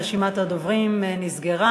רשימת הדוברים נסגרה,